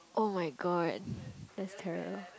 [oh]-my-god that's terror